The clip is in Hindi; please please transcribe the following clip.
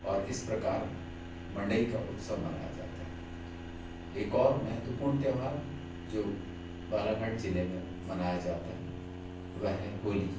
और इस प्रकार मंडई का उत्सव मनाया जाता है एक और महत्वपूर्ण त्यौहार जो बालाघाट जिले में मनाया जाता है वह होली